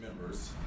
members